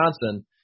Wisconsin